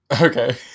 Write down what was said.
Okay